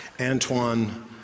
Antoine